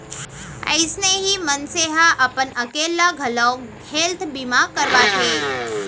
अइसने ही मनसे ह अपन अकेल्ला घलौ हेल्थ बीमा करवाथे